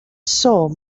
soul